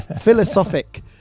philosophic